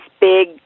big